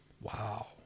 wow